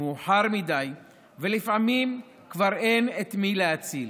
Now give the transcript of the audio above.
מאוחר מדי ולפעמים כבר אין את מי להציל.